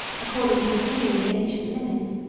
according to the true and ancient limits,